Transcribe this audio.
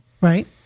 Right